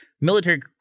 military